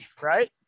right